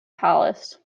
palace